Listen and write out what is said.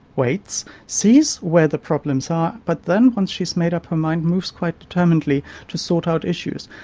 waits, sees where the problems are, but then once she has made up her mind moves quite determinedly to sort out issues.